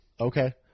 Okay